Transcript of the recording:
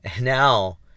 Now